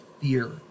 fear